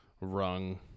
rung